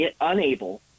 unable